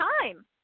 time